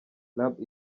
lab